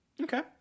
Okay